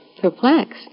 Perplexed